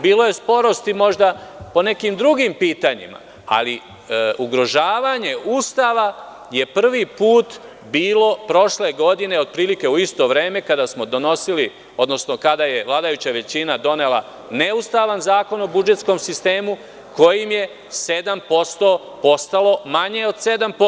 Bilo je sporosti možda po nekim drugim pitanjima, ali ugrožavanje Ustava je prvi put bilo prošle godine otprilike u isto vreme kada smo donosili, odnosno kada je vladajuća većina donela neustavan Zakon o budžetskom sistemu, kojim je 7% postalo manje od 7%